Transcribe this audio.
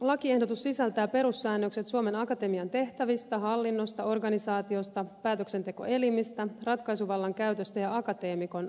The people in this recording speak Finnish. lakiehdotus sisältää perussäännökset suomen akatemian tehtävistä hallinnosta organisaatiosta päätöksentekoelimistä ratkaisuvallan käytöstä ja akateemikon arvonimistä